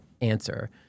answer